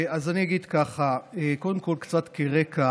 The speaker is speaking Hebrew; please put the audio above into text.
אז אני אגיד ככה, קודם כול, קצת כרקע: